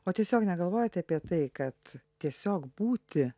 o tiesiog negalvojote apie tai kad tiesiog būti